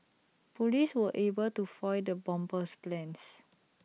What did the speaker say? Police were able to foil the bomber's plans